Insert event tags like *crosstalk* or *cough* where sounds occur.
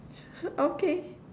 *laughs* okay